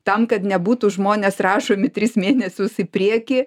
tam kad nebūtų žmonės rašomi tris mėnesius į priekį